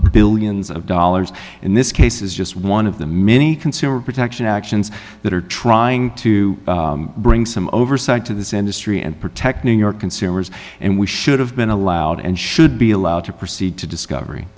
billions of dollars in this case is just one of the many consumer protection actions that are trying to bring some oversight to this industry and protect new york consumers and we should have been allowed and should be allowed to proceed to discovery